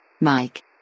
Mike